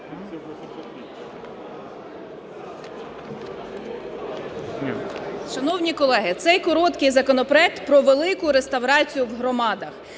Шановні колеги, цей короткий законопроект про "Велику реставрацію" в громадах.